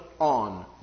on